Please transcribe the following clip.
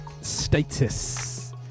status